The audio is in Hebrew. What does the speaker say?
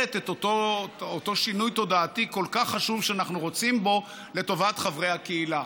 את אותו שינוי תודעתי כל כך חשוב שאנחנו רוצים בו לטובת חברי הקהילה.